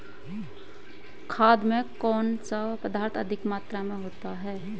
खाद में कौन सा पदार्थ अधिक मात्रा में होता है?